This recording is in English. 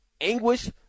anguish